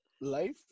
life